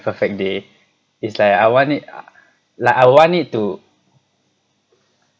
perfect day it's like I want it ah like I want it to